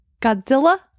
Godzilla